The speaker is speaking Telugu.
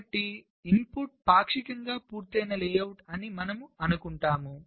కాబట్టి ఇన్పుట్ పాక్షికంగా పూర్తయిన లేఅవుట్ అని మనము అనుకుంటాము